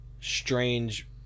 Strange